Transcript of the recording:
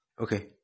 Okay